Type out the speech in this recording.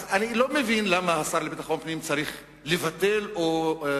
אז אני לא מבין למה השר לביטחון פנים צריך לבטל אירועים,